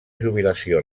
jubilació